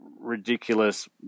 ridiculous